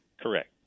Correct